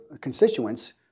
constituents